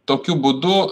tokiu būdu